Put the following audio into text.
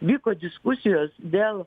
vyko diskusijos dėl